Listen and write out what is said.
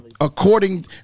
According